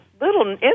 little